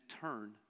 turn